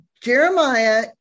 Jeremiah